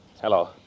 Hello